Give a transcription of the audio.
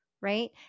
right